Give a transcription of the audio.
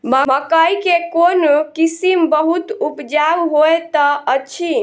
मकई केँ कोण किसिम बहुत उपजाउ होए तऽ अछि?